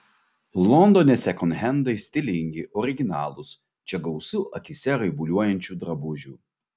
londono sekonhendai stilingi originalūs čia gausu akyse raibuliuojančių drabužių